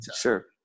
Sure